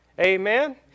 Amen